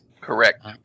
Correct